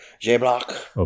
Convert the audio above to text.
J-Block